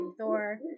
Thor